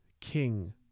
king